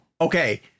Okay